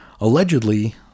allegedly